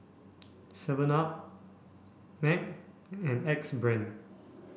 seven up MAG and Axe Brand